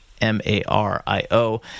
M-A-R-I-O